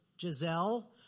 Giselle